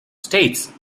states